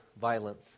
violence